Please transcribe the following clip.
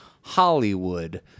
Hollywood